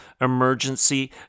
emergency